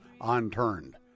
unturned